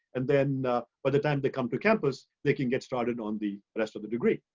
and then by the time they come to campus, they can get started on the rest of the degree.